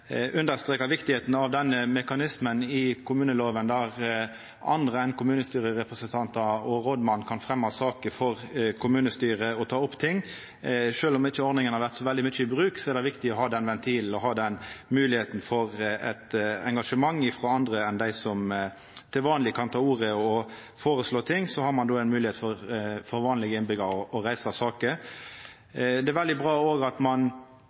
denne mekanismen i kommuneloven er, at andre enn kommunestyrerepresentantar og rådmannen kan fremja saker for kommunestyret og ta opp ting. Sjølv om ikkje ordninga har vore så veldig mykje i bruk, er det viktig å ha den ventilen, at det er mogleg for eit engasjement frå andre enn dei som til vanleg kan ta ordet og føreslå ting, at det er mogleg for vanlege innbyggjarar å reisa saker. Det er òg veldig bra at ein